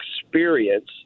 experience